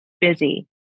busy